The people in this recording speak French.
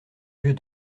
yeux